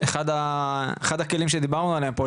אחד הכלים שדיברנו עליהם פה,